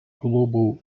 global